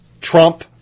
Trump